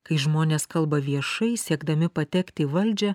kai žmonės kalba viešai siekdami patekti į valdžią